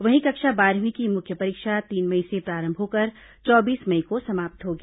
वहीं कक्षा बारहवीं की मुख्य परीक्षा तीन मई से प्रारंभ होकर चौबीस मई को समाप्त होगी